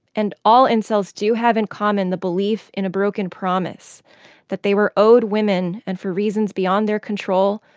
and all incels do have in common the belief in a broken promise that they were owed women and, for reasons beyond their control,